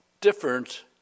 different